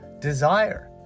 desire